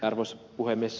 arvoisa puhemies